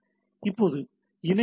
இப்போது இணைக்கும் ஹெச்